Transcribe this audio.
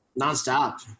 nonstop